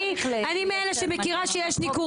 אני מאלה שמכירים שיש ניכור.